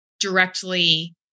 directly